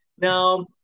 Now